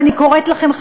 ואני קוראת לכם,